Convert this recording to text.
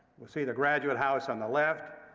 we'll see the graduate house on the left,